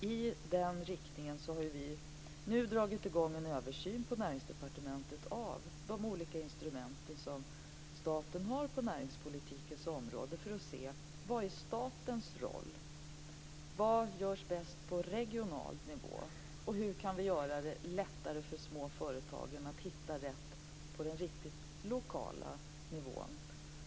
I den riktningen har vi nu dragit i gång en översyn på Näringsdepartementet av de olika instrument som staten har på näringspolitikens område för att se vilken statens roll är, vad som görs bättre på regional nivå och hur vi kan göra det lättare för små företag att hitta rätt på den riktigt lokala nivån.